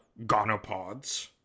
gonopods